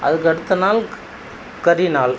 அதுக்கு அடுத்தநாள் கரிநாள்